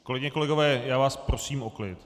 Kolegyně, kolegové, já vás prosím o klid.